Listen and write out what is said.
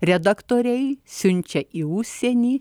redaktoriai siunčia į užsienį